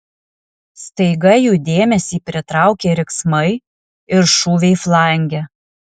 staiga jų dėmesį pritraukė riksmai ir šūviai flange